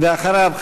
ואחריו,